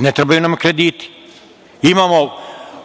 Ne trebaju nam krediti. Imamo